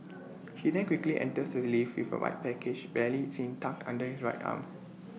he then quickly enters the lift with A white package barely seen tucked under his right arm